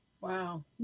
Wow